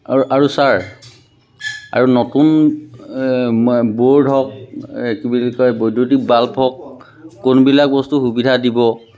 আৰু আৰু ছাৰ আৰু নতুন ব'ৰ্ড হওক কি বুলি কয় বৈদ্যুতিক বাল্ব হওক কোনবিলাক বস্তু সুবিধা দিব